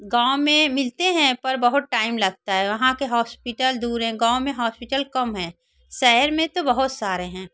गाँव में मिलते हैं पर बहुत टाइम लगता है वहाँ के हॉस्पिटल दूर है गाँव मे हॉस्पिटल कम है शहर में तो बहुत सारे हैं